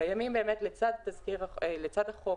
לצד החוק